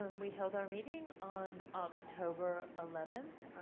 um we held our meeting on october eleven.